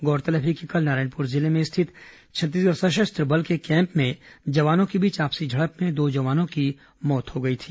गौरतलब है कि कल नारायणपुर जिले में स्थित छत्तीसगढ़ सशस्त्र बल के कैम्प में जवानों के बीच आपसी झड़प में दो जवानों की मौत हो गई थी